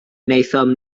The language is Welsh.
wnaethon